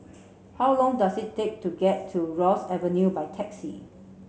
how long does it take to get to Ross Avenue by taxi